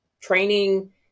training